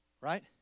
right